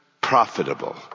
profitable